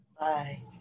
Bye